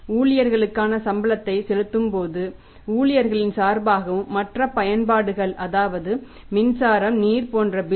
ஊழியர்களுக்கான சம்பளத்தை செலுத்தும் ஊழியர்களின் சார்பாகவும் மற்ற பயன்பாடுகள் அதாவது மின்சாரம் நீர் போன்ற பில்கள்